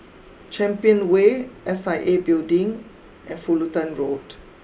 Champion way S I A Building and Fullerton Road